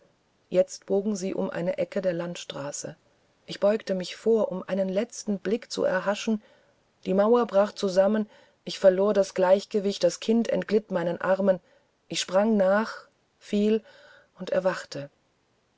jetzt bogen sie um eine ecke der landstraße ich beugte mich vor um einen letzten blick zu erhaschen die mauer brach zusammen ich verlor das gleichgewicht das kind entglitt meinen armen ich sprang nach fiel und erwachte